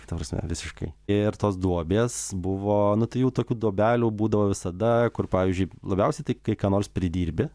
ta prasme visiškai ir tos duobės buvo nu tai jau tokių duobelių būdavo visada kur pavyzdžiui labiausiai tai kai ką nors pridirbi